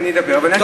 אני אדבר ואני אגיד.